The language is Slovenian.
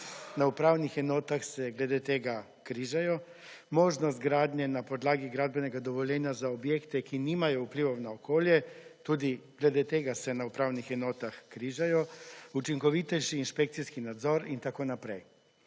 na upravnih enotah se glede tega križajo, možnost gradnje na podlagi gradbenega dovoljenja za objekte, ki nimajo vplivov na okolje, tudi glede tega se na upravnih enotah križajo, učinkovitejši inšpekcijski nadzor in tako naprej.